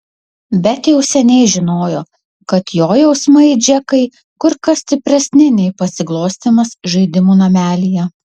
bet jau seniai žinojo kad jo jausmai džekai kur kas stipresni nei pasiglostymas žaidimų namelyje